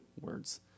words